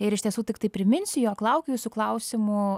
ir iš tiesų tiktai priminsiu jog laukiu jūsų klausimų